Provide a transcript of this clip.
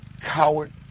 coward